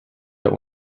der